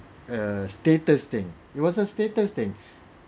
a status thing it was a status thing